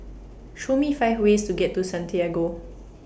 Show Me five ways to get to Santiago